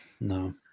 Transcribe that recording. no